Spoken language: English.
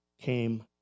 came